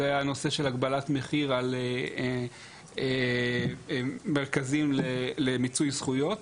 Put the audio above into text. וזה היה נושא הגבלת מחיר על מרכזים למיצוי זכויות,